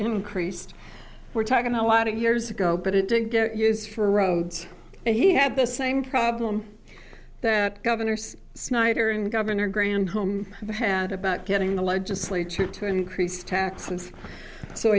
increased we're talking a lot of years ago but it didn't get use for roads and he had the same problem that governor snyder and governor granholm had about getting the legislature to increase taxes so